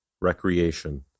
recreation